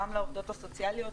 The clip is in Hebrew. גם לעובדות ה סוציאליות,